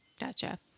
Gotcha